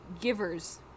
Givers